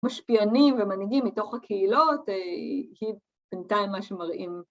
‫משפיענים ומנהיגים מתוך הקהילות, ‫היא בינתיים מה שמראים.